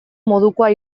modukoa